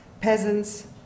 peasants